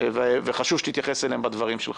וחשוב שתתייחס אליהם בדברים שלך.